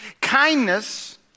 Kindness